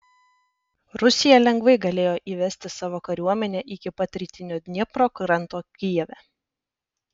rusija lengvai galėjo įvesti savo kariuomenę iki pat rytinio dniepro kranto kijeve